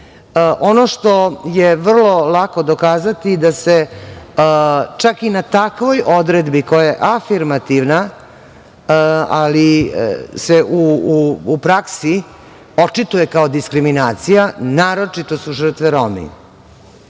što je vrlo lako dokazati jeste da se čak i na takvoj odredbi koja je afirmativna, ali se u praksi očituje kao diskriminacija naročito su žrtve